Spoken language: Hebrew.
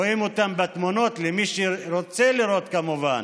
רואים אותם בתמונות, למי שרוצה לראות, כמובן,